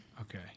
Okay